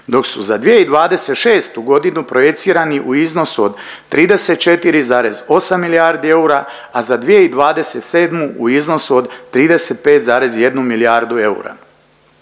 dok su za 2026. godinu projicirani u iznosu od 34,8 milijardi eura, a za 2027. u iznosu od 35,1 milijardu eura.